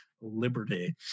liberty